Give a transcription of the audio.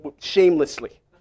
shamelessly